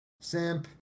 simp